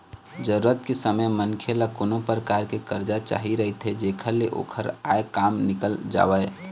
जरूरत के समे मनखे ल कोनो परकार के करजा चाही रहिथे जेखर ले ओखर आय काम निकल जावय